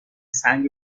سنگ